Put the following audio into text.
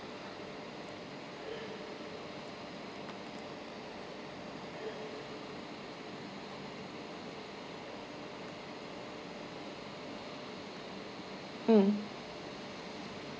mm